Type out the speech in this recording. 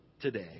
today